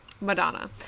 Madonna